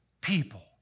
people